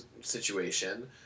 situation